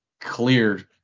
clear